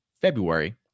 february